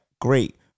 great